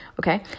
okay